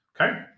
Okay